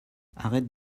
arrête